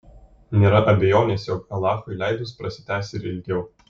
nėra abejonės jog alachui leidus prasitęs ir ilgiau